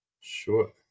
Sure